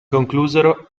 conclusero